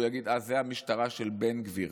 הוא יגיד: זאת המשטרה של בן גביר,